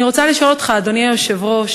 אני רוצה לשאול אותך, אדוני היושב-ראש: